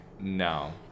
no